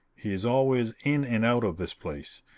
he is always in and out of this place,